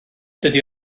dydy